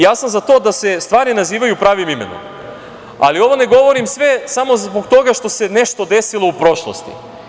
Ja sam za to da se stvari nazivaju pravim imenom, ali ovo ne govorim sve samo zbog toga što se nešto desilo u prošlosti.